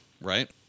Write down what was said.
right